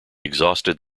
exhausted